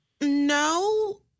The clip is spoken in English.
No